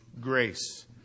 grace